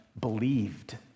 believed